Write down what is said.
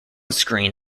screen